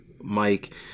Mike